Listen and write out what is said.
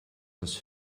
das